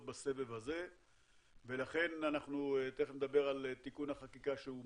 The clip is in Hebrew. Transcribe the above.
בסבב הזה ולכן אנחנו תיכף נדבר על תיקון החקיקה שמוצע.